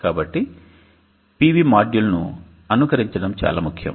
కాబట్టి PV మాడ్యూల్ను అనుకరించడం చాలా ముఖ్యం